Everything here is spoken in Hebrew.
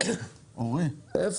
שאלת